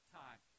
time